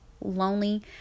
lonely